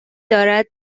دارد